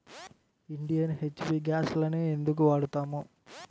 Indian, HP గ్యాస్లనే ఎందుకు వాడతాము?